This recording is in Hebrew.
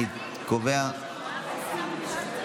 אני קובע, אפשר להוסיף אותי?